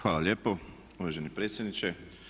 Hvala lijepo uvaženi predsjedniče.